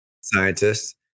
scientists